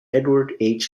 edward